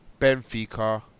Benfica